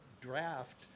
draft